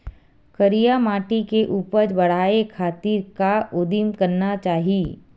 करिया माटी के उपज बढ़ाये खातिर का उदिम करना चाही?